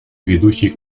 ведущий